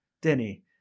Denny